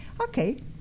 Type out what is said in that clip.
Okay